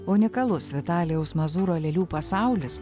unikalus vitalijaus mazūro lėlių pasaulis